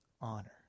honor